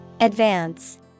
Advance